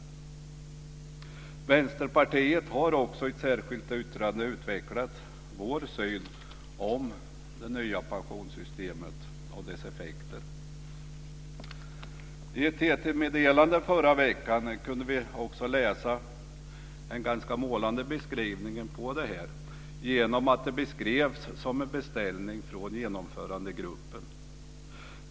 Vi i Vänsterpartiet har i ett särskilt yttrande utvecklat vår syn på det nya pensionssystemet och dess effekter. I ett TT-meddelande förra veckan kunde vi också läsa en ganska målande beskrivning om förslaget. Det beskrevs som en beställning från Genomförandegruppen.